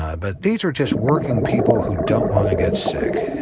ah but these are just working people who don't want to get sick.